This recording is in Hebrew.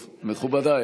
מכובדיי,